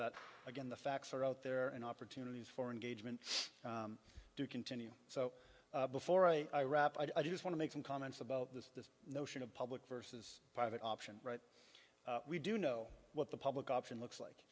that again the facts are out there and opportunities for engagement do continue so before i wrap i just want to make some comments about this this notion of public versus private option right we do know what the public option looks like